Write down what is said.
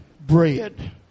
bread